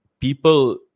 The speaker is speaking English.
people